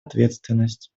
ответственность